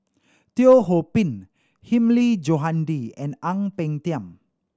Teo Ho Pin Hilmi Johandi and Ang Peng Tiam